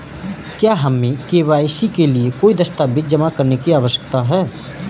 क्या हमें के.वाई.सी के लिए कोई दस्तावेज़ जमा करने की आवश्यकता है?